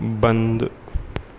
बन्द